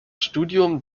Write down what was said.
studium